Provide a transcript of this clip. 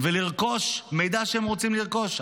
ולרכוש מידע שהם רוצים לרכוש.